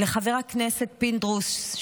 לחבר הכנסת פינדרוס,